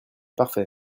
parfait